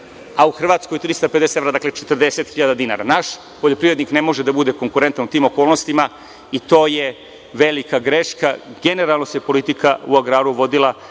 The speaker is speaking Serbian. a u Hrvatskoj 350 evra, dakle, 40.000 dinara. Naš poljoprivrednik ne može da bude konkurentan u tim okolnostima i to je velika greška. Generalno se politika u agraru vodila